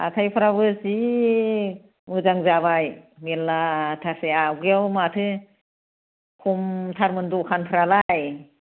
हाथाइफ्राबो जि मोजां जाबाय मेरलाथारसै आवगैआव माथो खमथारमोन दखानफ्रालाय